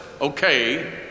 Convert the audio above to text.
okay